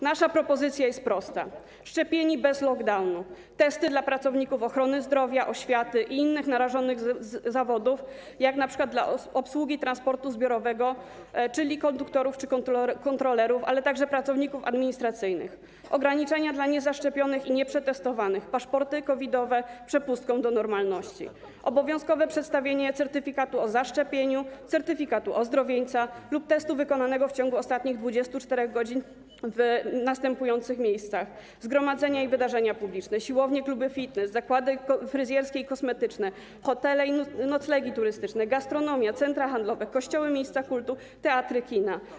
Nasza propozycja jest prosta: szczepieni bez lockdownu; testy dla pracowników ochrony zdrowia, oświaty i przedstawicieli innych narażonych zawodów, np. dla obsługi transportu zbiorowego, czyli konduktorów czy kontrolerów, ale także pracowników administracyjnych; ograniczenia dla niezaszczepionych i nieprzetestowanych; paszporty COVID-owe jako przepustka do normalności; obowiązek przedstawienia certyfikatu zaszczepienia, certyfikatu ozdrowieńca lub wyniku testu wykonanego w ciągu ostatnich 24 godzin w następujących sytuacjach i miejscach: zgromadzenia i wydarzenia publiczne, siłownie i kluby fitness, zakłady fryzjerskie i kosmetyczne, hotele i noclegi turystyczne, gastronomia, centra handlowe, kościoły i miejsca kultu, teatry i kina.